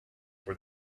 for